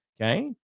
Okay